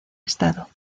estado